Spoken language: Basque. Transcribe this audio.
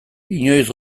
inoiz